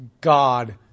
God